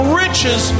riches